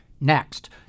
Next